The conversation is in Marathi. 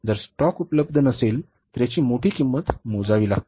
जर स्टॉक उपलब्ध नसेल तर याची मोठी किंमत मोजावी लागते